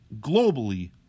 globally